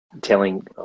telling